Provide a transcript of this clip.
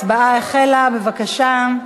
ההצבעה החלה, בבקשה.